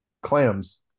clams